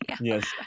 Yes